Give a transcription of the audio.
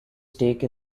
stake